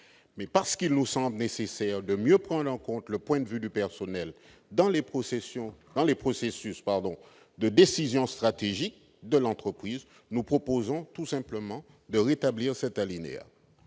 Parce qu'il nous semble nécessaire de mieux prendre en compte le point de vue du personnel dans les processus de décision stratégique de l'entreprise, nous proposons tout simplement de rétablir cet alinéa.